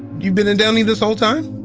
you've been in downey this whole time?